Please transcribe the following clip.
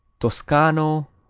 toscano,